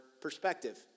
perspective